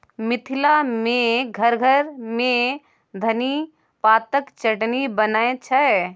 मिथिला मे घर घर मे धनी पातक चटनी बनै छै